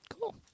Cool